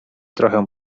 trochę